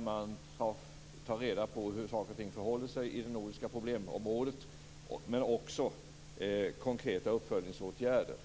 Man bör ta reda på hur saker och ting förhåller sig i det nordiska problemområdet, men det behövs också konkreta uppföljningsåtgärder.